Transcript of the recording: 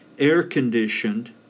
air-conditioned